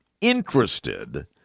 interested